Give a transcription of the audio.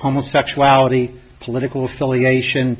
homosexuality political affiliation